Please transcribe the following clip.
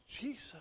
Jesus